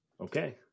Okay